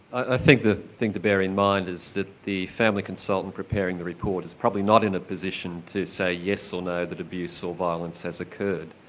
i think the thing to bear in mind is that the family consultant preparing the report is probably not in a position to say yes or no that abuse or violence has occurred.